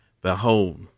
Behold